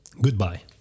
Goodbye